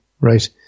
right